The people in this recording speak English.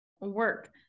work